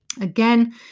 Again